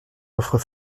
coffre